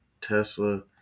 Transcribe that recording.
tesla